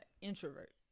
introvert